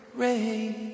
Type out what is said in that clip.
rain